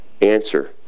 answer